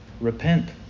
Repent